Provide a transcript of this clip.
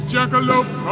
Jackalope